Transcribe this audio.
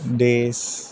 des